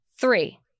three